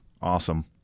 Awesome